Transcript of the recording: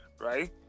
right